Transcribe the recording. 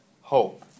hope